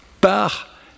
par